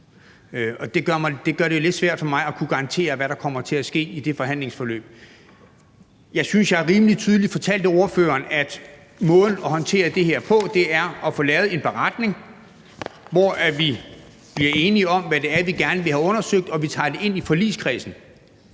det gør det lidt svært for mig at kunne garantere, hvad der kommer til at ske i det forhandlingsforløb. Jeg synes, jeg rimelig tydeligt fortalte ordføreren, at måden at håndtere det her på, er at få lavet en beretning, hvor vi bliver enige om, hvad det er, vi gerne vil have undersøgt, og at vi tager det ind i forligskredsen,